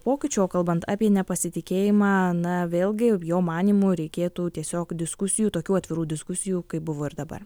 pokyčių o kalbant apie nepasitikėjimą na vėlgi jo manymu reikėtų tiesiog diskusijų tokių atvirų diskusijų kaip buvo ir dabar